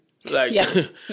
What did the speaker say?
Yes